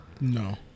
No